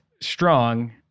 strong